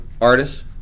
artists